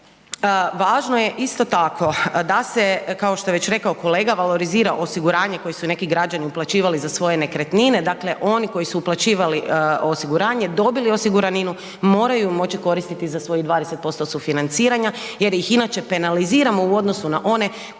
važno je isto tako da se, kao što je već rekao kolega, valorizira osiguranje koji su neki građani uplaćivali za svoje nekretnine. Dakle, oni koji su uplaćivali osiguranje dobili osiguraninu moraju moći koristiti za svojih 20% sufinanciranja jer ih inače penaliziramo u odnosu na one koji to nisu